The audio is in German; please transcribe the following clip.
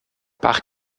bach